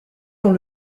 dans